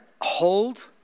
hold